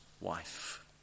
wife